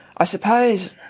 i suppose